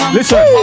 Listen